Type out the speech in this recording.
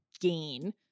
gain